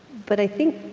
but i think,